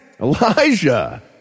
Elijah